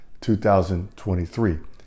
2023